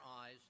eyes